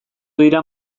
dira